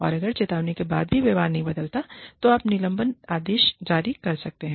और अगर चेतावनी के बाद भी व्यवहार नहीं बदलता है तो आप निलंबन आदेश जारी करते हैं